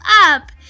up